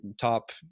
top